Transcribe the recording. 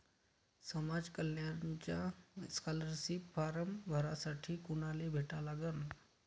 समाज कल्याणचा scholarship form भरासाठी कुनाले भेटा लागन?